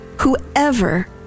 Whoever